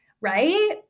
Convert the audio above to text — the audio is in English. Right